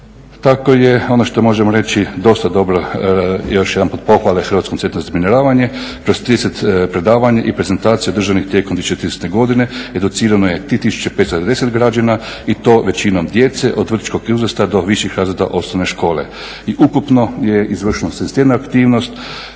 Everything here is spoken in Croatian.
Tako je ono što možemo reći dosta dobro, još jedanput pohvale Hrvatskom centru za razminiravanje kroz 30 predavanja i prezentacije održanih tijekom …/Govornik se ne razumije./… godine, educirano je 3590 građana i to većinom djece od vrtićkog uzrasta do viših razreda osnovne škole. I ukupno je izvršeno …/Govornik se